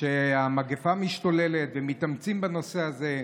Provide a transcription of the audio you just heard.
המגפה המשתוללת ומתאמצים בנושא הזה.